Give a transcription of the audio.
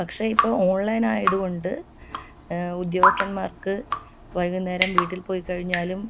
പക്ഷേ ഇപ്പോൾ ഓൺലൈൻ ആയതുകൊണ്ട് ഉദ്യോഗസ്ഥന്മാർക്ക് വൈകുന്നേരം വീട്ടിൽ പോയി കഴിഞ്ഞാലും